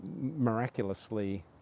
miraculously